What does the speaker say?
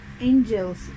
angels